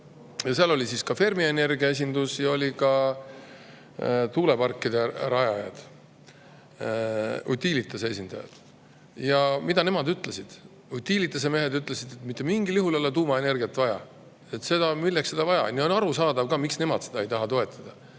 Seal oli ka Fermi Energia esindus, olid ka tuuleparkide rajajad, Utilitase esindajad. Ja mida nemad ütlesid? Utilitase mehed ütlesid, et mitte mingil juhul ei ole tuumaenergiat vaja, milleks seda vaja on. On arusaadav, miks nemad ei taha seda